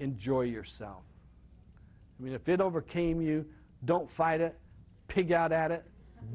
enjoy yourself i mean if it overcame you don't fight it pig out at it